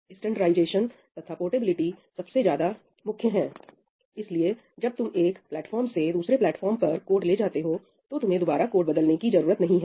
standardisation तथा portability सबसे ज्यादा महत्वपूर्ण है इसलिए जब तुम एक प्लेटफार्म से दूसरे प्लेटफार्म पर कोड ले जाते हो तो तुम्हें दोबारा कोड बदलने की जरूरत नहीं है